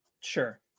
Sure